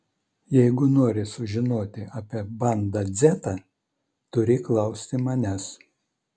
jeigu nori sužinoti apie banda dzeta turi klausti manęs